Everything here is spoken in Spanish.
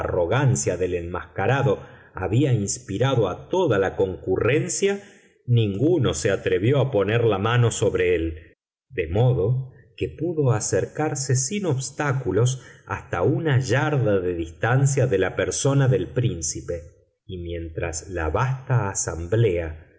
arrogancia del enmascarado había inspirado a toda la concurrencia ninguno se atrevió a poner la mano sobre él de modo que pudo acercarse sin obstáculos hasta una yarda de distancia de la persona del príncipe y mientras la vasta asamblea